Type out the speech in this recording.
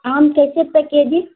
آم کیسے روپے کے جی